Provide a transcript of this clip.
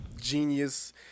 genius